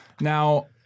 Now